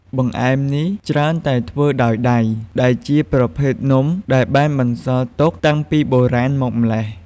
បង្អែមនេះច្រើនតែធ្វើដោយដៃ ដែលជាប្រភេទនំដែលបានបន្សល់ទុកតាំងពីបុរាណមកម៉្លេះ។